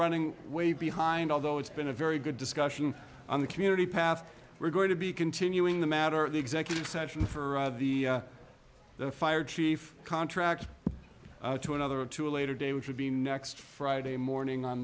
running way behind although it's been a very good discussion on the community path we're going to be continuing the matter at the executive session for the fire chief contract to another to a later day which would be next friday morning on